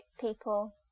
people